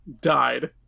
died